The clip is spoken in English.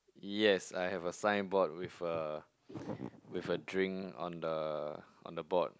yes I have signboard with a with a drink on the on the board